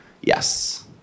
Yes